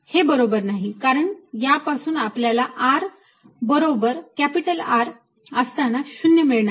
हे बरोबर नाही कारण या पासून आपल्याला r बरोबर R असताना 0 मिळणार नाही